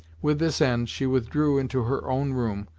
with this end, she withdrew into her own room,